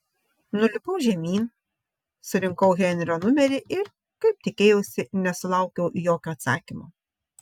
nulipau žemyn surinkau henrio numerį ir kaip tikėjausi nesulaukiau jokio atsakymo